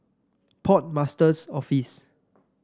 Port Master's Office